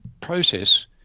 process